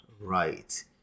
right